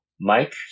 Mike